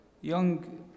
young